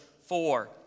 four